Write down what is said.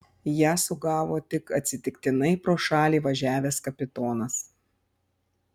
ją sugavo tik atsitiktinai pro šalį važiavęs kapitonas